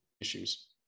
issues